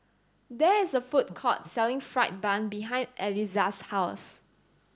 there is a food court selling fried bun behind Elizah's house